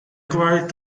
required